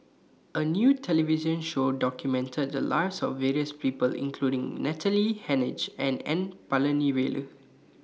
A New television Show documented The Lives of various People including Natalie Hennedige and N Palanivelu